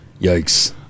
yikes